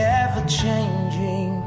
ever-changing